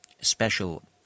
special